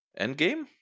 Endgame